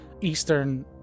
eastern